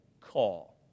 call